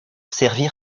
servir